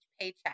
paycheck